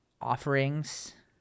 offerings